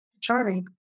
charming